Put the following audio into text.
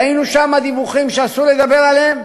ראינו שם דיווחים שאסור לדבר עליהם,